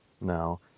now